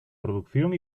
producción